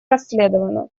расследована